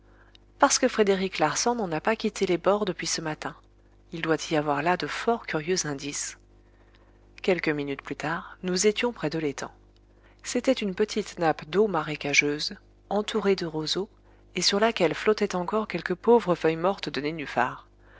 parce que frédéric larsan n'en a pas quitté les bords depuis ce matin il doit y avoir là de fort curieux indices quelques minutes plus tard nous étions près de l'étang c'était une petite nappe d'eau marécageuse entourée de roseaux et sur laquelle flottaient encore quelques pauvres feuilles mortes de nénuphar